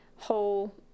Whole